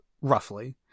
roughly